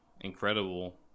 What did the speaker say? incredible